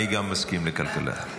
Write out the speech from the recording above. אני גם מסכים לכלכלה.